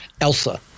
Elsa